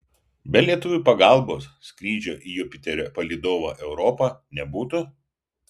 be lietuvių pagalbos skrydžio į jupiterio palydovą europą nebūtų